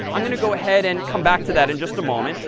i'm going to go ahead and come back to that in just a moment.